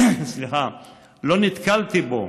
לא נתקלתי בו.